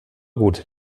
gut